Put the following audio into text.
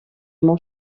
mon